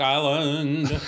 Island